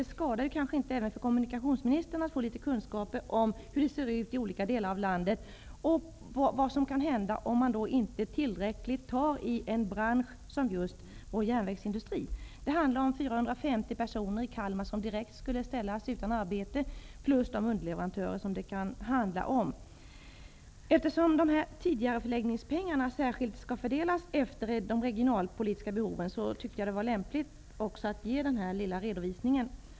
Det skadar kanske inte för kommunikationsministern att få litet kunskaper om hur det ser ut i olika delar av landet och om vad som kan hända om man inte tillräckligt tar tag i en sådan bransch som just vår järnvägsindustri. I Kalmar skulle 450 personer plus berörda underleverantörer direkt ställas utan arbete Eftersom tidigareläggningspengarna särskilt skall fördelas efter de regionalpolitiska behoven, tyckte jag att det kunde vara lämpligt att ge denna redovisning.